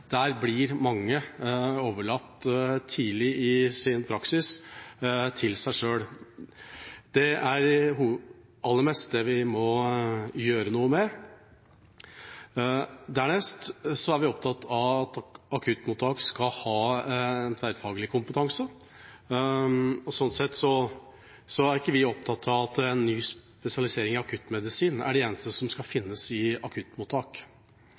er aller mest det vi må gjøre noe med. Dernest er vi opptatt av at akuttmottak skal ha tverrfaglig kompetanse. Sånn sett er vi ikke opptatt av at en ny spesialisering i akuttmedisin er den eneste som skal finnes i et akuttmottak,